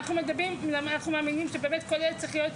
אנחנו מדברים אנחנו מאמינים שבאמת כל ילד צריך להיות,